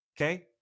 Okay